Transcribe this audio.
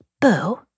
Boo